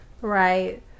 Right